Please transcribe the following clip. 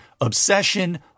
Obsession